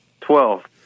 Twelve